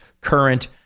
current